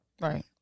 Right